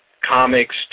Comics